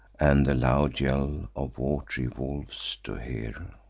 and the loud yell of wat'ry wolves to hear.